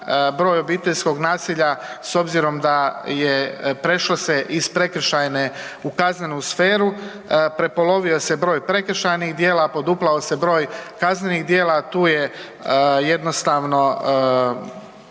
broj obiteljskog nasilja s obzirom da je prešlo se iz prekršajne u kaznenu sferu, prepolovio se broj prekršajnih djela, poduplao se broj kaznenih djela, tu je jednostavno